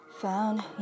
Found